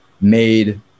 made